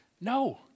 No